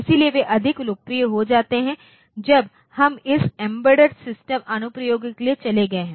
इसलिए वे अधिक लोकप्रिय हो जाते हैं जब हम इस एम्बेडेड सिस्टम अनुप्रयोगों के लिए चले गए हैं